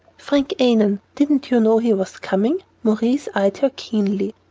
frank annon. didn't you know he was coming? maurice eyed her keenly.